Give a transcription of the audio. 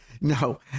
No